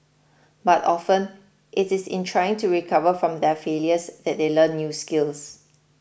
but often it is in trying to recover from their failures that they learn new skills